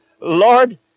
Lord